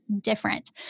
different